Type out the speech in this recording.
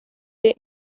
der